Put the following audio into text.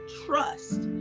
trust